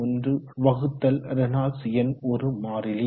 51 வகுத்தல் ரேனால்ட்ஸ் எண் ஒரு மாறிலி